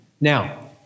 Now